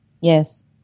Yes